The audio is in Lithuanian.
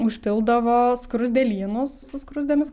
užpildavo skruzdėlynus su skruzdėmis